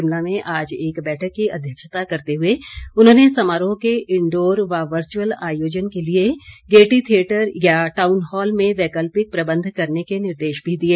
शिमला में आज एक बैठक की अध्यक्षता करते हुए उन्होंने समारोह के इंडोर व वर्चुअल आयोजन के लिए गेयटी थियेटर या टाउन हॉल में वैकल्पिक प्रबंध करने के निर्देश भी दिए